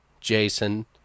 Jason